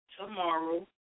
tomorrow